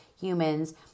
humans